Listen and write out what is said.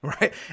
Right